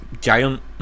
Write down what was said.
giant